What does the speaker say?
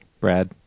Brad